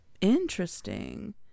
Interesting